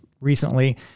recently